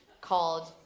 called